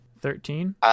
Thirteen